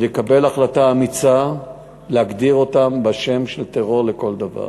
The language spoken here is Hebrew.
ונקבל החלטה אמיצה להגדיר אותם בשם טרור לכל דבר.